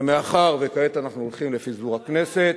ומאחר שכעת אנחנו הולכים לפיזור הכנסת,